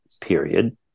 period